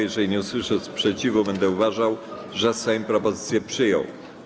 Jeżeli nie usłyszę sprzeciwu, będę uważał, że Sejm propozycję przyjął.